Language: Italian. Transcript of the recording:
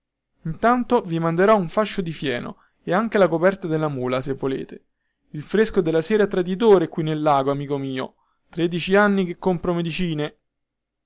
intanto vi manderò un fascio di fieno e anche la coperta della mula se volete il fresco della sera è traditore qui nel lago amico mio tredici anni che compro medicine